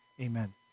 Amen